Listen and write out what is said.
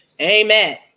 amen